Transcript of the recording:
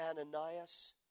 Ananias